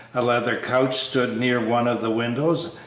a leather couch stood near one of the windows,